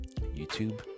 YouTube